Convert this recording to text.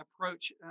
approach